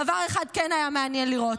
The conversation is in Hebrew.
דבר אחד כן היה מעניין לראות,